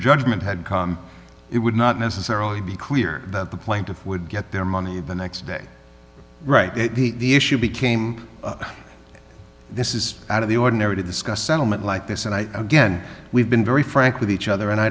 judgment had come it would not necessarily be clear that the plaintiff would get their money the next day right the issue became this is out of the ordinary to discuss a settlement like this and i again we've been very frank with each other and i